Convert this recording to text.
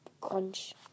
crunch